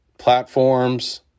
Platforms